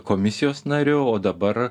komisijos nariu o dabar